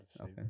Okay